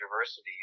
universities